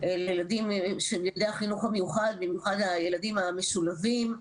ילדי החינוך המיוחד, במיוחד הילדים המשולבים.